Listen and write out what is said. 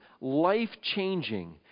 life-changing